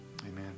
Amen